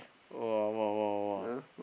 !woah! !woah! !woah! !woah!